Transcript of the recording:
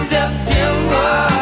September